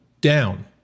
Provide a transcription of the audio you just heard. down